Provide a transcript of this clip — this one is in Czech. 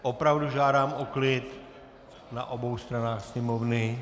Opravdu žádám o klid na obou stranách sněmovny.